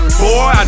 boy